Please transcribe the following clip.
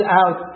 out